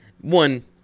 One